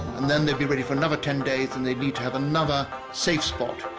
and then they'll be ready for another ten days and they need to have another safe spot